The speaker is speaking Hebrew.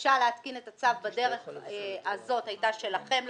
הבקשה להתקין את הצו בדרך הזאת היתה שלכם,